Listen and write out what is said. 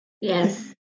Yes